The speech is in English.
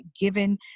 given